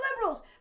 liberals